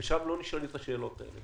שם לא נשאלות השאלה הללו.